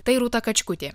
tai rūta kačkutė